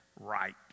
right